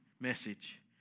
message